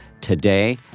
today